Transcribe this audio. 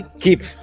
keep